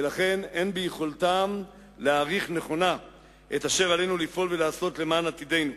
ולכן אין ביכולתם להעריך נכונה את אשר עלינו לפעול ולעשות למען עתידנו.